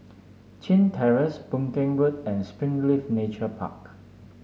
Chin Terrace Boon Keng Road and Springleaf Nature Park